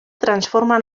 transformen